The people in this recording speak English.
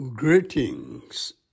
Greetings